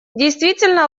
действительно